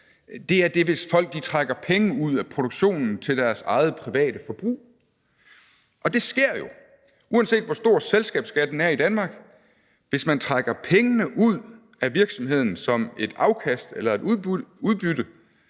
beskatte, er, hvis folk trækker penge ud af produktionen til deres eget private forbrug, og det sker jo, uanset hvor høj selskabsskatten er i Danmark. Hvis man trækker pengene ud af virksomheden som et afkast eller et udbytte,